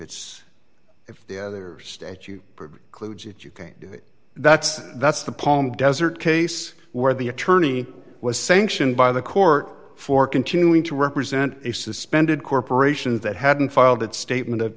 it's if the other states you kluge it you can't do it that's that's the palm desert case where the attorney was sanctioned by the court for continuing to represent a suspended corporation that hadn't filed that statement of